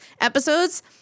episodes